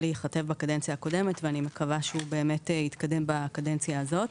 להיכתב בקדנציה הקודמת ואני מקווה שהוא באמת יתקדם בקדנציה הזאת,